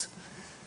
כמו ראשון לציון.